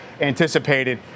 anticipated